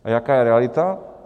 A jaká je realita?